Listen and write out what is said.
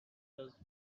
does